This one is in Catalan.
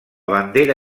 bandera